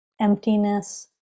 emptiness